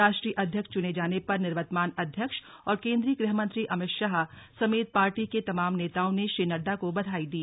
राष्ट्रीय अध्यक्ष चुने जाने पर निवर्तमान अध्यक्ष और केंद्रीय गृह मंत्री अमित शाह समेत पार्टी के तमाम नेताओं ने श्री नड्डा को बधाई दी